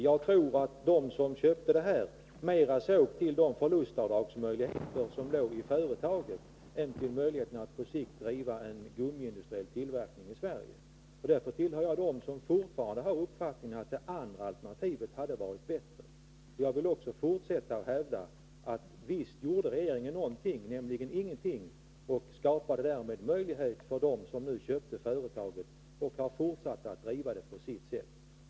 Jag tror att de som köpte det företaget mer såg till de möjligheter till förlustavdrag som låg i företaget än på möjligheterna att på sikt driva gummitillverkning i Sverige. Jag tillhör därför dem som fortfarande har uppfattningen att det andra alternativet hade varit bättre. Jag vill också fortsätta att hävda: Visst gjorde regeringen någonting — nämligen ingenting — och den skapade därmed möjlighet för den som köpte företaget att fortsätta driva det på sitt sätt.